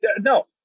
No